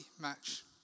match